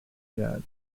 yet